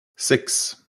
six